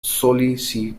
solicitor